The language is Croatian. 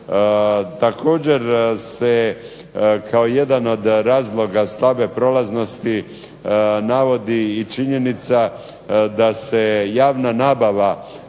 Također se kao jedan od razloga slabe prolaznosti navodi i činjenica da se javna nabava